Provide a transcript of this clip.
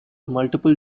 multiple